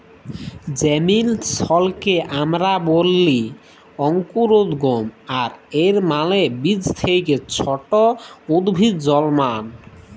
জেমিলেসলকে আমরা ব্যলি অংকুরোদগম আর এর মালে বীজ থ্যাকে ছট উদ্ভিদ জলমাল